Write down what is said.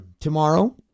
tomorrow